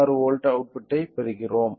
36 volt அவுட்புட்டைப் பெறுகிறோம்